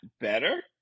better